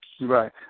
right